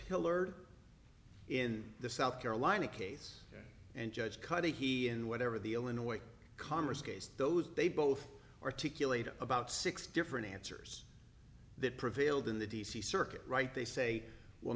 pillar in the south carolina case and judge cuddihy and whatever the illinois congress case those they both articulate about six different answers that prevailed in the d c circuit right they say well